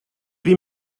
wie